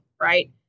right